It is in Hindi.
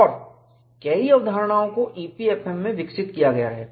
और कई अवधारणाओं को EPFM में विकसित किया गया है